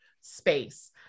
space